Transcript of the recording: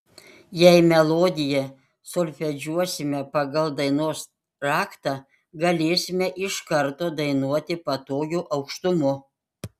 jei melodiją solfedžiuosime pagal dainos raktą galėsime iš karto dainuoti patogiu aukštumu